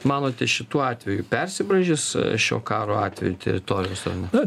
manote šituo atveju persibraižys šiuo karo atveju teritorijos ar ne